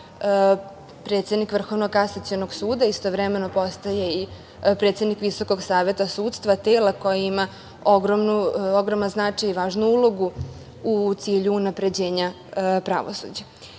predsednik Vrhovnog kasacionog suda istovremeno postaje i predsednik Visokog saveta sudstva, tela koje ima ogroman značaj i važnu ulogu u cilju unapređenja pravosuđa. Kao